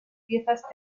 piezas